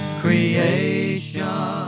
creation